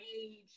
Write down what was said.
age